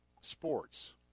sports